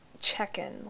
check-in